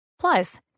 Plus